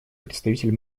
представитель